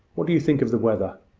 what do you think of the weather?